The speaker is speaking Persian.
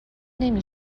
نمی